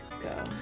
go